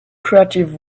creative